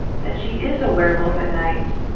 that she is a were-wolf at night.